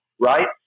right